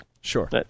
Sure